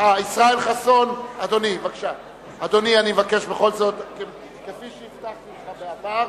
ישראל חסון, אדוני, כפי שהבטחתי לך בעבר,